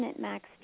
Max